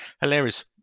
hilarious